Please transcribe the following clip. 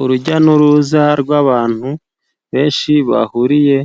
Urujya n'uruza rw'abantu benshi bahuriye